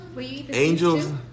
Angels